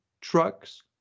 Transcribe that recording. trucks